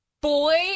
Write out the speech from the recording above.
boy